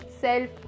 self